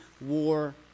war